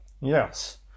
Yes